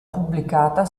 pubblicata